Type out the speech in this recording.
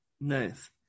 Nice